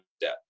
debt